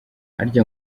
harya